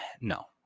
no